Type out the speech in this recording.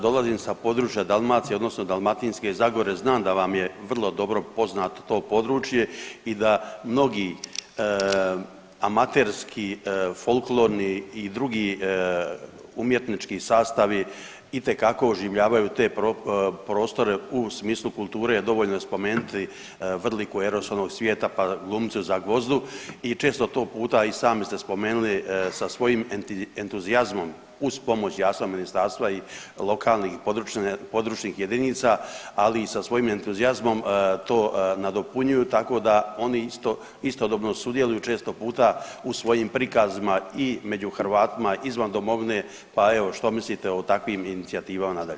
Dolazim sa područja Dalmacije odnosno Dalmatinske zagore, znam da vam je vrlo dobro poznato to područje i da mnogi amaterski folklorni i drugi umjetnički sastavi itekako oživljavaju te prostore, u smislu kulture dovoljno je spomenuti Vrliku, „Ero s onog svijeta“, pa „Glumci u Zagvozdu“ i često to puta i sami ste spomenuli sa svojim entuzijazmom uz pomoć jasno ministarstva i lokalnih i područnih jedinica, ali i sa svojim entuzijazmom to nadopunjuju, tako da oni isto, istodobno sudjeluju često puta u svojim prikazima i među Hrvatima izvan domovine, pa evo što mislite o takvim inicijativama nadalje?